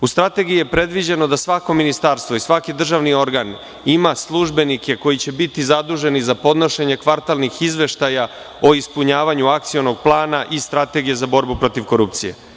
U strategiji je predviđeno da svako ministarstvo i svaki državni organ ima službenike koji će biti zaduženi za podnošenje kvartalnih izveštaja o ispunjavanju akcionog plana i strategije za borbu protiv korupcije.